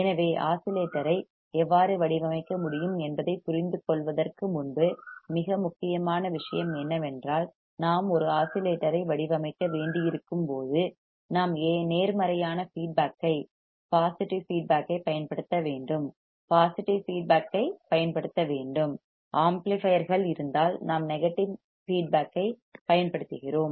எனவே ஆஸிலேட்டரை எவ்வாறு வடிவமைக்க முடியும் என்பதைப் புரிந்துகொள்வதற்கு முன்பு மிக முக்கியமான விஷயம் என்னவென்றால் நாம் ஒரு ஆஸிலேட்டரை வடிவமைக்க வேண்டியிருக்கும் போது நாம் நேர்மறையான ஃபீட்பேக் ஐப் பாசிட்டிவ் ஃபீட்பேக் ஐ பயன்படுத்த வேண்டும் பாசிட்டிவ் ஃபீட்பேக் ஐப் பயன்படுத்த வேண்டும் ஆம்ப்ளிபையர்கள் இருந்தால் நாம் நெகட்டிவ் ஃபீட்பேக் ஐப் பயன்படுத்துகிறோம்